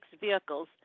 vehicles